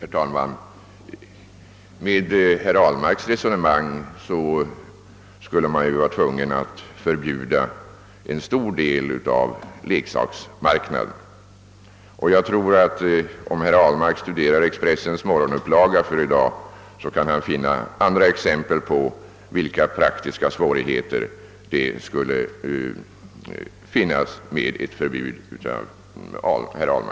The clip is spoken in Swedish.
Herr talman! Om man godkänner herr Ahlmarks resonemang skulle man vara tvungen att förbjuda en stor del av produkterna på leksaksmarknaden. Om herr Ahlmark studerar Expressens morgonupplaga för i dag kan han finna exempel på vilka praktiska svårigheter ett sådant förbud skulle medföra.